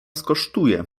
skosztuje